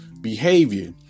behavior